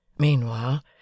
Meanwhile